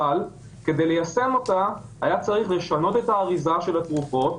אבל כדי ליישם אותה היה צריך לשנות את האריזה של התרופות,